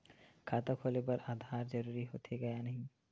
खाता खोले बार आधार जरूरी हो थे या नहीं?